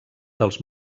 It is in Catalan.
dels